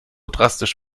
drastisch